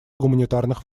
гуманитарных